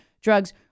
drugs